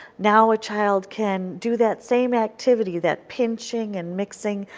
now a child can do that same activity, that pinching and mixing,